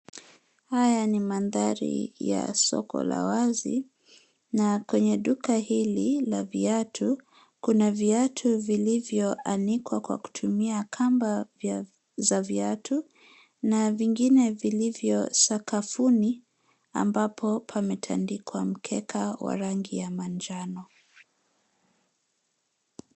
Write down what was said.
Haya ni mandhari ya soko la wazi na kwenye duka hili la viatu, kuna viatu vilivyo anikwa kwa kutumia kamba za viatu na vingine vilivyo sakafuni ambapo pametandikwa mkeka wa rangi ya manjano.